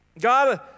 God